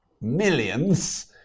millions